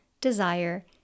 Desire